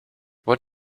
what